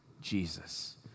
Jesus